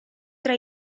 tra